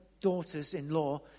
daughters-in-law